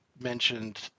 mentioned